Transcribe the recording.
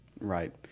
Right